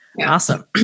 awesome